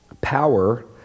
power